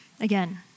Again